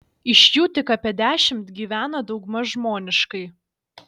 iš jų tik apie dešimt gyvena daugmaž žmoniškai